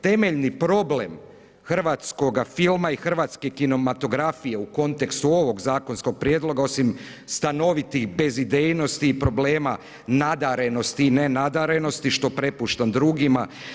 Temeljni problem hrvatskoga filma i hrvatske kinematografije u kontekstu ovog zakonskog prijedloga osim stanovitih bezidejnosti i problema nadarenosti i nenadarenosti što prepuštam drugima.